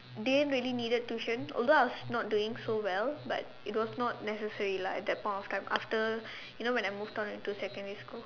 didn't really needed tuition although I was not doing so well but it was not necessary lah at that point of time after you know when I moved on into secondary school